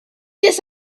this